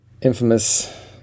infamous